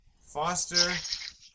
Foster